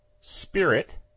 spirit